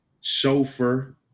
chauffeur